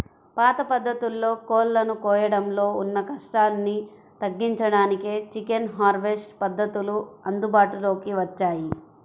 పాత పద్ధతుల్లో కోళ్ళను కోయడంలో ఉన్న కష్టాన్ని తగ్గించడానికే చికెన్ హార్వెస్ట్ పద్ధతులు అందుబాటులోకి వచ్చాయి